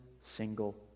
single